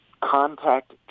contact